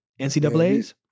NCAAs